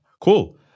Cool